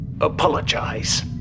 Apologize